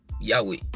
Yahweh